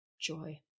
joy